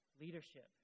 leadership